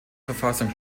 verfassung